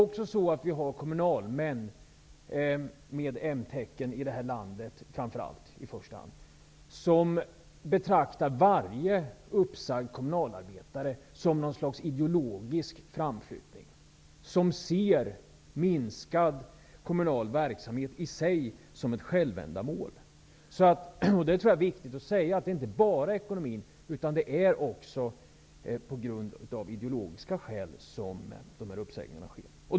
Vi har i detta land kommunalmän, i första hand med mtecken, som betraktar varje uppsagd kommunalarbetare som någon slags ideologisk framflyttning. De ser minskad kommunal verksamhet i sig som ett självändamål. Det är viktigt att säga att det inte bara handlar om ekonomin. Dessa uppsägningar sker också av ideologiska skäl.